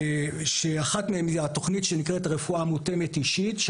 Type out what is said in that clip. אחת מהן היא התוכנית שנקראת רפואה מותאמת אישית כי